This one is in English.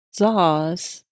Zaws